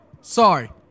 sorry